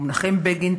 ומנחם בגין,